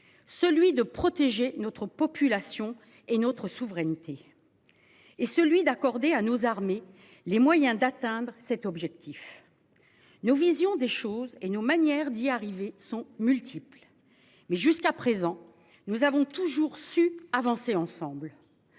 Celui de protéger notre population et notre souveraineté. Et celui d'accorder à nos armées les moyens d'atteindre cet objectif. Nous vision des choses et nos manières d'y arriver sont multiples mais jusqu'à présent nous avons toujours su avancer ensemble.